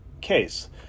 case